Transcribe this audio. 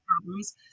problems